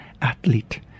athlete